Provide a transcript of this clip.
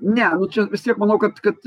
ne nu čia vis tiek manau kad kad